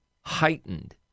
heightened